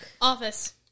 Office